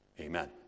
Amen